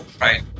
Right